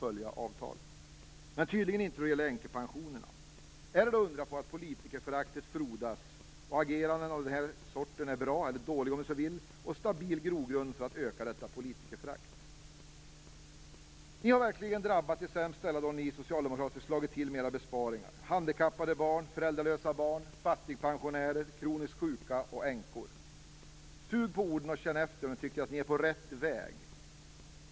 Då skall avtal följas - men tydligen inte för änkepensionerna. Är det att undra på att politikerföraktet frodas? Agerandet av det här slaget kan vara bra eller dåligt och är en stabil grogrund för att öka detta politikerförakt. När ni socialdemokrater har slagit till med era besparingar har de sämst ställda verkligen drabbats. Handikappade och föräldralösa barn, fattigpensionärer, kroniskt sjuka och änkor. Sug på orden och känn efter om ni tycker att ni är på rätt väg.